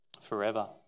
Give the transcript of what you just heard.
forever